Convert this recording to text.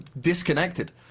disconnected